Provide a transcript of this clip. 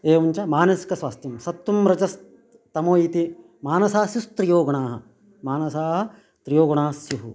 एवं च मानसिकस्वास्थ्यं सत्वं रजस् तमो इति मानसास्य स्त्रयोगुणाः मानसा त्रयोगुणाः स्युः